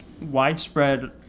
widespread